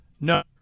No